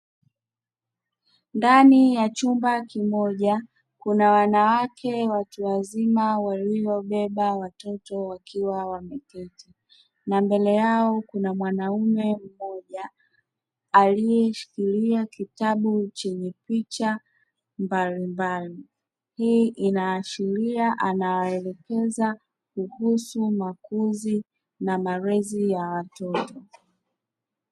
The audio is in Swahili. Ndani ya chumba kimoja kuna wanawake watu wazima waliobeba watoto wakiwa wameketi, na mbele yao kuna mwanaume mmoja aliyeshikilia kitabu chenye picha mbalimbali hii inaashiria anawaelekeza kuhusu makuzi na malezi ya watoto.